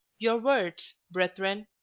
your words, brethren,